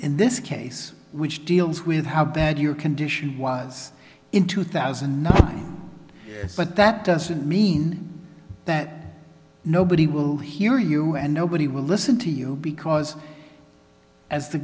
in this case which deals with how bad your condition was in two thousand and nine but that doesn't mean that nobody will hear you and nobody will listen to you because as the